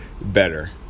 better